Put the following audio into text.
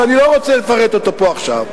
שאני לא רוצה לפרט אותו פה עכשיו,